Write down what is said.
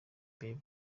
bieber